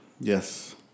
Yes